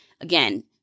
again